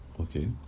okay